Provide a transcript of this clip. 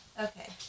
Okay